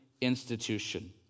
institution